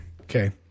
Okay